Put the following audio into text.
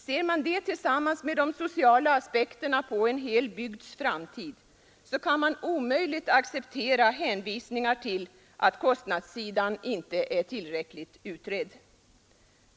Ser man detta tillsammans med de sociala aspekterna på en hel bygds framtid kan man omöjligt acceptera hänvisningen till att kostnadssidan inte är tillräckligt utredd.